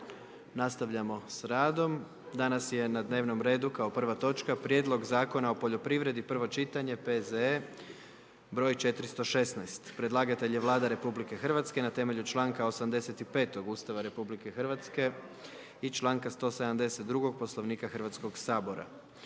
nastavljamo sa radom. Danas je na dnevnom redu kao prva točka: - Prijedlog zakona o poljoprivredi, prvo čitanje, P.Z.E. br. 416; Predlagatelj je Vlada RH, na temelju članka 85. Ustava RH i članka 172. Poslovnika Hrvatskoga sabora.